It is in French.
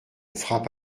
frappe